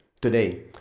today